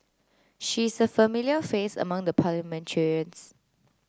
she is a familiar face among the parliamentarians